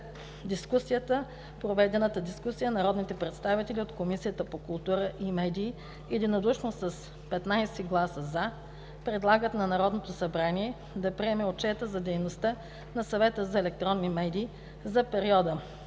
проведената дискусия народните представители от Комисията по културата и медиите: - единодушно с 15 гласа „за” предлагат на Народното събрание да приеме Отчета за дейността на Съвета за електронни медии за периода